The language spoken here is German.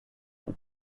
und